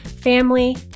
family